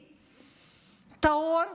טהור,